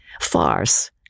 Farce